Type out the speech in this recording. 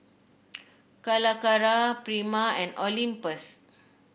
Calacara Prima and Olympus